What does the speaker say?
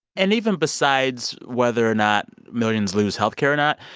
and even besides whether or not millions lose health care or not,